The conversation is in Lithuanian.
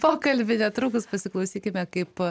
pokalbį netrukus pasiklausykime kaip